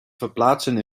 verplaatsen